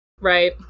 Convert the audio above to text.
Right